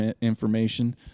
information